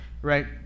Right